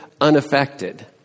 unaffected